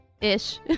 Ish